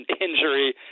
injury